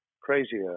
crazier